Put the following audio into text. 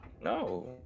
No